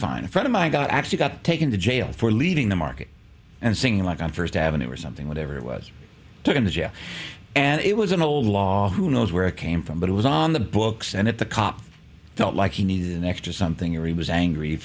fine a friend of mine got actually got taken to jail for leaving the market and singing like on first avenue or something whatever it was took him to jail and it was an old law who knows where it came from but it was on the books and it the cop felt like he needed an extra something or he was